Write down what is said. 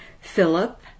Philip